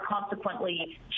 consequently